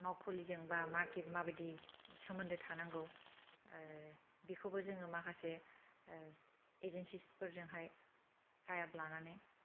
मावखुलिजों बा मार्केट माबायदि सोमोन्दो थानांगौ बेखौबो जोङो माखासे एजेन्सिसफोरजोंहाय टाइ आप लानानै